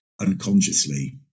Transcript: unconsciously